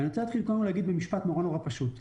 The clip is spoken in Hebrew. אני רוצה לומר במשפט מאוד פשוט.